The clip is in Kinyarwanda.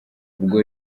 ubwo